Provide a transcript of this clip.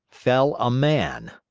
fell a man!